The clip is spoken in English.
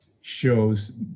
shows